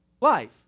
life